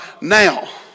now